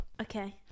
Okay